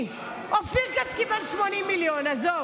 אופיר כץ קיבל 80 מיליון, עזוב.